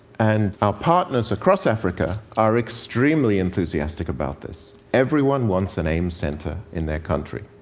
and our partners across africa are extremely enthusiastic about this. everyone wants an aims center in their country.